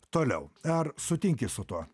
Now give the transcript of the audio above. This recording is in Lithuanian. toliau ar sutinki su tuo